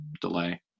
delay